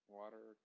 water